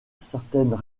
certaines